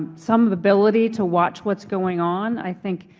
some ability to watch what's going on. i think